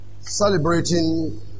celebrating